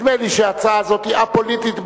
נדמה לי שההצעה הזאת היא פשוט א-פוליטית בעליל.